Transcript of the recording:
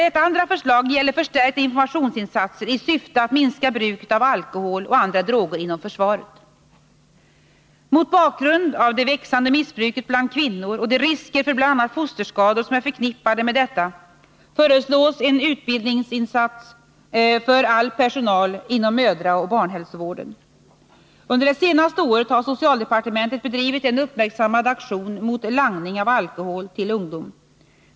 Ett andra förslag gäller förstärkta informationsinsatser i syfte att minska bruket av alkohol och andra droger inom försvaret. Mot bakgrund av det växande missbruket bland kvinnor och de risker för bl.a. fosterskador som är förknippade med detta föreslås en utbildningssatsning för all personal inom mödraoch barnhälsovården. Under det senaste året har socialdepartementet bedrivit en uppmärksammad aktion mot langning av alkohol till ungdom.